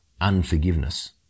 unforgiveness